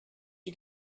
you